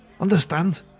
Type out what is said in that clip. understand